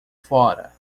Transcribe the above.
fora